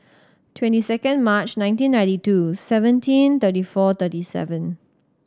twenty second March nineteen ninety two seventeen thirty four thirty seven